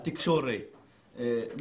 התקשורת,